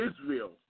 Israel